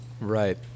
Right